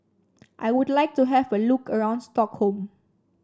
I would like to have a look around Stockholm